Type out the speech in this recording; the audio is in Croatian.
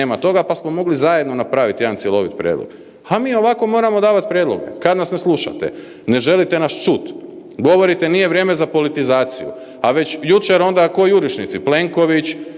pa smo mogli zajedno napraviti jedan cjeloviti prijedlog. A mi ovako moramo davati prijedloge kad nas ne slušate, ne želite nas čuti. Govorite nije vrijeme za politizaciju, a već jučer onda kao jurišnici. Plenković,